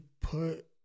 put